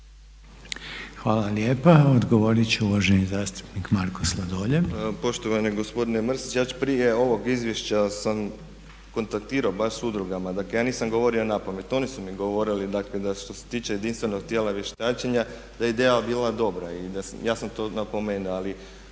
Hvala lijepa. Odgovorit će uvaženi zastupnik Marko Sladoljev. **Sladoljev, Marko (MOST)** Poštovani gospodine Mrsić, ja sam prije ovog izvješća kontaktirao sa baš sa udrugama, dakle ja nisam govorio napamet, oni su mi govorili dakle da što se tiče jedinstvenog tijela vještačenja da je ideja bila dobra. I ja sam to napomenuo, ali